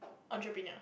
entrepreneur